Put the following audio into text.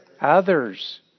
Others